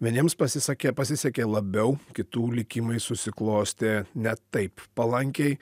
vieniems pasisakė pasisekė labiau kitų likimai susiklostė ne taip palankiai